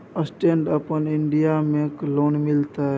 Stand up India में loan मिलते?